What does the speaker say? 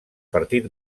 partit